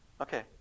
Okay